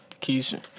Keisha